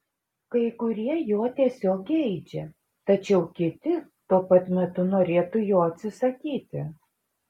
kai kurie jo tiesiog geidžia tačiau kiti tuo pat metu norėtų jo atsisakyti